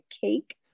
cake